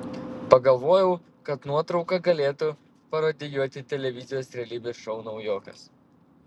pagalvojau kad nuotrauka galėtų parodijuoti televizijos realybės šou naujokas